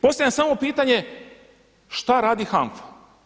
Postavljam samo pitanje šta radi HANFA?